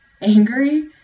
angry